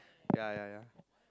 yeah yeah yeah